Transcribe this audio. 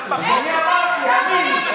אין